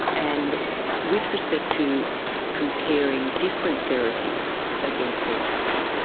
and with respect to comparing different therapies against each other,